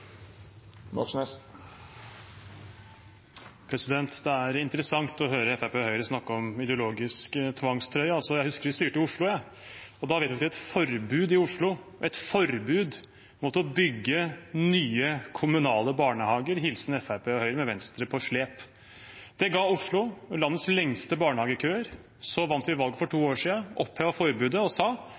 Moxnes har hatt ordet to gonger tidlegare og får ordet til ein kort merknad, avgrensa til 1 minutt. Det er interessant å høre Fremskrittspartiet og Høyre snakke om ideologisk tvangstrøye. Jeg husker da de styrte Oslo, da vedtok de et forbud mot å bygge nye kommunale barnehager – hilsen Fremskrittspartiet og Høyre, med Venstre på slep. Det ga Oslo landets lengste barnehagekøer. Så vant vi valget for to år siden, opphevet forbudet og sa